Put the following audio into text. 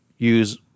Use